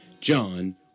John